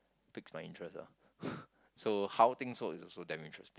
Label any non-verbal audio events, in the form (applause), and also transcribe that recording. piques my interest ah (breath) so how things work is also damn interesting